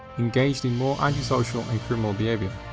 engaged in more antisocial and criminal behavior,